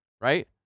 right